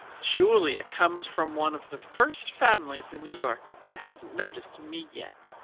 julia comes from one of the first families in new york and hasn't noticed me yet.